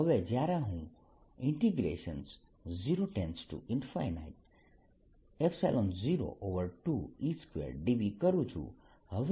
હવે જ્યારે હું 002E2dV કરું છું હવે આ 0 થી સુધી હશે